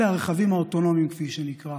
אלה הרכבים האוטונומיים, כפי שזה נקרא.